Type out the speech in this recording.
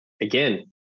again